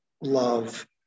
love